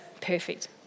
perfect